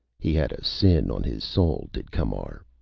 he had a sin on his soul, did camar.